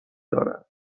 دارند